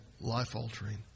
life-altering